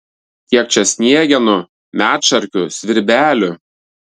kiek čia sniegenų medšarkių svirbelių